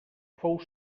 fou